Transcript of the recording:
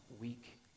week